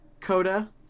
Coda